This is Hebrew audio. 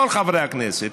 כל חברי הכנסת,